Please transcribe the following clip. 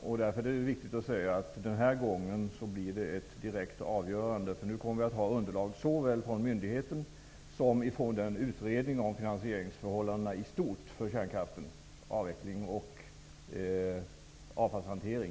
Det är viktigt att det blir ett direkt avgörande den här gången, eftersom vi nu kommer att ha underlag från såväl myndigheten som den utredning vi har tillsatt om finansieringsförhållandena i stort för kärnkraftens avveckling och för avfallshantering.